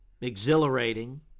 exhilarating